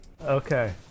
Okay